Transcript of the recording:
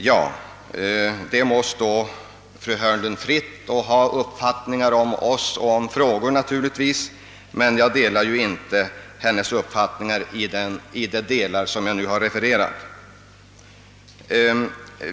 Det må naturligtvis stå fru Hörnlund fritt att ha uppfattningar om oss och om olika frågor, men jag delar inte hennes uppfattningar i de delar som jag nu har refererat.